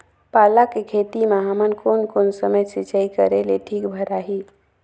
पाला के खेती मां हमन कोन कोन समय सिंचाई करेले ठीक भराही?